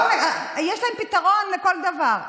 יש להם פתרון לכל דבר.